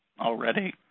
already